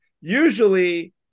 usually